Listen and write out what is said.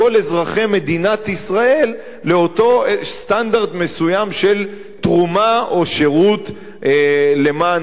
מדינת ישראל לאותו סטנדרט מסוים של תרומה או שירות למען המדינה.